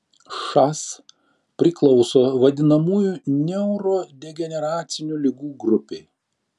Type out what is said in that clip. šas priklauso vadinamųjų neurodegeneracinių ligų grupei